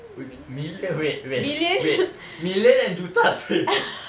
wait million wait wait wait million and juta same